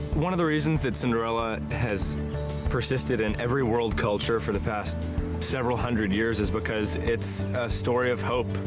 one of the reasons that cinderella has persisted in every world culture for the past several hundred years is because it's a story of hope.